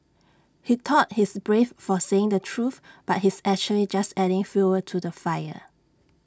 he thought he's brave for saying the truth but he's actually just adding fuel to the fire